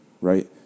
right